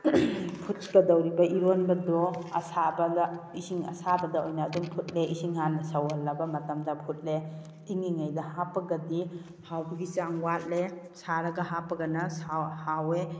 ꯐꯨꯠꯀꯗꯧꯕ ꯏꯔꯣꯝꯕꯗꯣ ꯑꯁꯥꯕꯗ ꯏꯁꯤꯡ ꯑꯁꯥꯕꯗ ꯑꯣꯏꯅ ꯑꯗꯨꯝ ꯐꯨꯠꯂꯦ ꯏꯁꯤꯡ ꯍꯥꯟꯅ ꯁꯧꯍꯜꯂꯕ ꯃꯇꯝꯗ ꯐꯨꯠꯂꯦ ꯏꯪꯉꯤꯉꯩꯗ ꯍꯥꯞꯄꯒꯗꯤ ꯍꯥꯎꯕꯒꯤ ꯆꯥꯡ ꯋꯥꯠꯂꯦ ꯁꯥꯔꯒ ꯍꯥꯞꯄꯒꯅ ꯍꯥꯎꯋꯦ